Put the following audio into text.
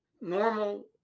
normal